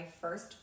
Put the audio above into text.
first